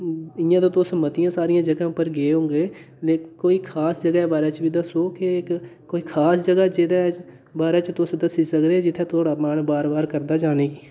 इ'यां ते तुस मतियां सारियां जगहें पर गे होगे कोई खास जगह् बारै बी दस्सो कि कोई खास जगह् जेह्दे बारे च तुस दस्सी सकदे जित्थै जाने गी बार बार करदा जाने गी